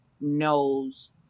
knows